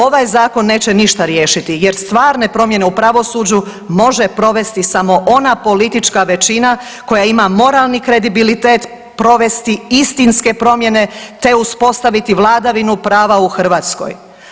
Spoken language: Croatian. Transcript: Ovaj zakon neće ništa riješiti jer stvarne promjene u pravosuđu može provesti samo ona politička većina koja ima moralni kredibilitet provesti istinske promjene te uspostaviti vladavinu prava u Hrvatskoj.